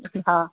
ہاں